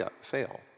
fail